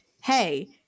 hey